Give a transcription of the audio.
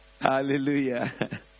Hallelujah